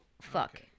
Fuck